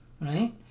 right